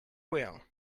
will